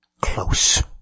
Close